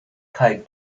kaj